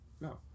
no